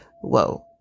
Whoa